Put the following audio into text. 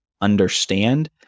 understand